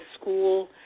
school